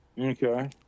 Okay